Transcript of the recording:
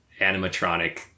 animatronic